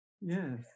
yes